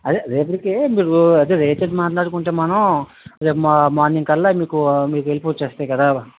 అదే రేపటికే మీకు అదే వెహికల్ మాట్లాడుకుంటే మనం రేపు మా మార్నింగ్ కల్లా మీకు మీకు వెళ్ళిపో ఒచ్చేస్తాయి కదా